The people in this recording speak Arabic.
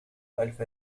ألف